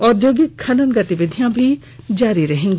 औद्योगिक खनन गतिविधियां भी जारी रहेंगी